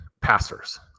passers